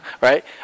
right